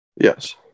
Yes